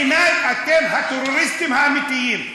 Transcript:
בעיני, אתם הטרוריסטים האמיתיים.